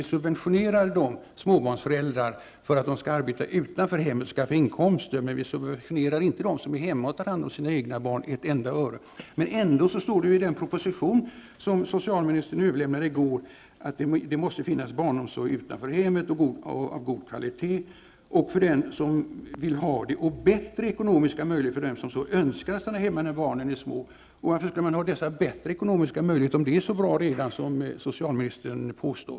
Vi subventionerar småbarnsföräldrar för att de skall arbeta utanför hemmet och skaffa inkomster. Men vi subventionerar inte med ett enda öre dem som är hemma och tar hsnf om sina egna barn. Ändå står det i den proposition som socialministern överlämnade i går att det måste finnas barnomsorg utanför hemmet av god kvalitet för den som vill ha det och bättre ekonomiska möjligheter för den som så önskar att stanna hemma när barnen är små. Varför skall man ha dessa bättre ekonomiska möjligheter, om det är så bra redan nu, som socialministern påstår?